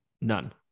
None